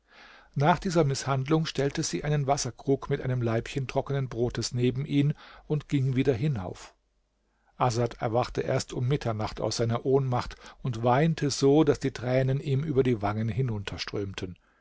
nach dieser mißhandlung stellte sie einen wasserkrug mit einem laibchen trockenen brotes neben ihn und ging wieder hinauf asad erwachte erst um mitternacht aus seiner ohnmacht und weinte so daß die tränen ihm über die wangen